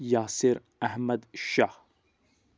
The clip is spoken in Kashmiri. یاسر احمد شاہ